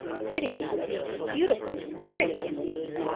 pretty, madam! it's beautiful! pretty, indeed!